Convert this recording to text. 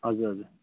हजुर हजुर